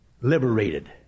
liberated